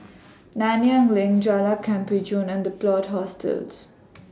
Nanyang LINK Jalan Kemajuan and The Plot Hostels